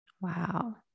Wow